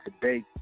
today